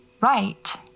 right